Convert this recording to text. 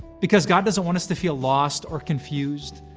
because god doesn't want us to feel lost or confused,